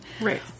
Right